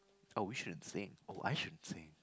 oh we shouldn't sing oh I should sing